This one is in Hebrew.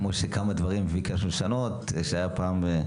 כמו שכמה דברים ביקשנו לשנות שהיה פעם.